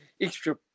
extra